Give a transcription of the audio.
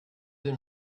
den